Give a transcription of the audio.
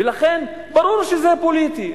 ולכן, ברור שזה פוליטי.